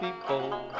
people